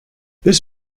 this